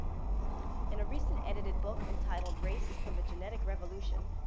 in a recent edited book entitled, race and the genetic revolution,